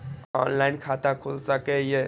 Online खाता खुल सके ये?